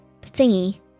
thingy